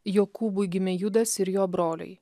jokūbui gimė judas ir jo broliai